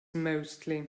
mostly